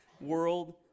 world